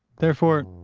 therefore,